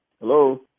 Hello